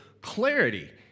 clarity